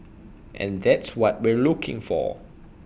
and that's what we're looking for